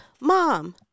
Mom